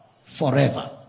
forever